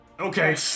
Okay